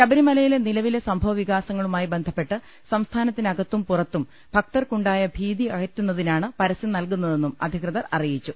ശബരിമലയിലെ നിലവിലെ സംഭ വവികാസങ്ങളുമായി ബന്ധപ്പെട്ട് സംസ്ഥാനത്തിനകൃത്തും പുറത്തും ഭക്തർക്കുണ്ടായ ഭീതി അകറ്റുന്നതിനാണ് പരസ്യം നൽകുന്നതെന്നും അധി കൃതർ അറിയിച്ചു